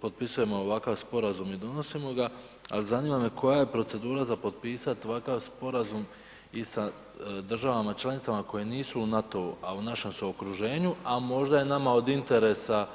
potpisujemo ovakav sporazum i donosimo ga, ali zanima me koja je procedura za potpisati ovakav sporazum i sa državama članica koje nisu u NATO-u a u našem su okruženju, a možda je nama od interesa